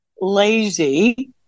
lazy